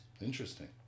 Interesting